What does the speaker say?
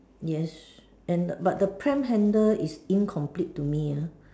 yes and but the pram handle is incomplete to me uh